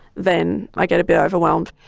then i get a bit overwhelmed.